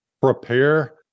Prepare